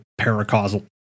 paracausal